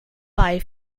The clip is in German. bei